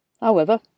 However